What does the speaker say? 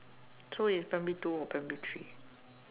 so he's primary two or primary three